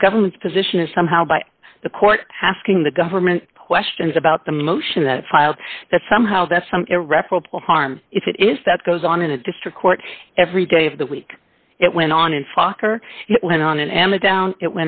and the government's position is somehow by the court asking the government questions about the motion that filed that somehow that's some irreparable harm if it is that goes on in a district court every day of the week it went on and fokker went on and the down it